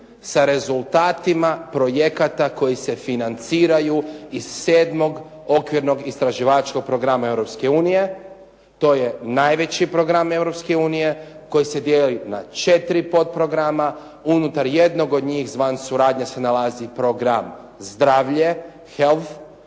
sa rezultatima projekata koji se financiraju iz sedmog okvirnog istraživačkog programa Europske unije. To je najveći program Europske unije koji se dijeli na četiri potprograma. Unutar jednog od njih zvan suradnja se nalazi program zdravlje – health